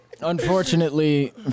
Unfortunately